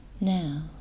Now